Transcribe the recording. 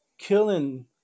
Killing